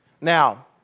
Now